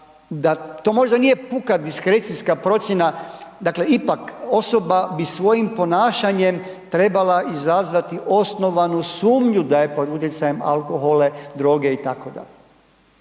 to možda nije puka diskrecijska procjena, dakle ipak osoba bi svojim ponašanjem trebala izazvati osnovanu sumnju da je pod utjecajem alkohola, droge itd.,